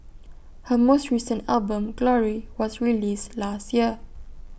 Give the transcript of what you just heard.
her most recent album glory was released last year